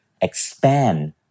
expand